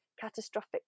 catastrophic